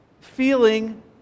feeling